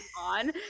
on